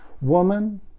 Woman